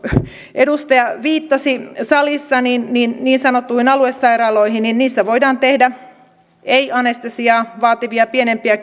edustaja viittasi salissa niin niin sanottuihin aluesairaaloihin voidaan tehdä ei anestesiaa vaativia pienempiä